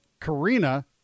Karina